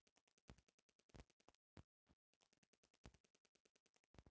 investment bank से व्यापार करेला पइसा देवेले